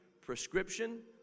prescription